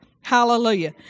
Hallelujah